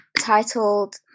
titled